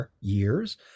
years